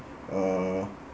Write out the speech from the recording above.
uh